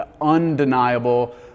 undeniable